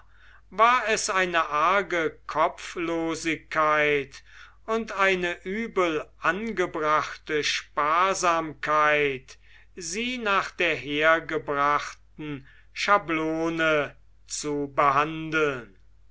war es eine arge kopflosigkeit und eine übel angebrachte sparsamkeit sie nach der hergebrachten schablone zu behandeln